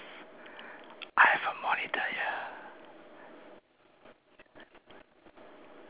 I have a monitor here